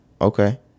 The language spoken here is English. Okay